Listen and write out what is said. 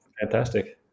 Fantastic